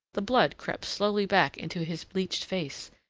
the blood crept slowly back into his blenched face,